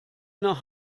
nach